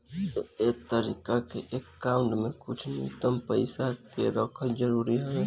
ए तरीका के अकाउंट में कुछ न्यूनतम पइसा के रखल जरूरी हवे